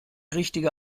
richtige